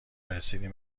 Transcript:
رسیدیم